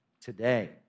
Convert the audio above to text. Today